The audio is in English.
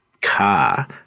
car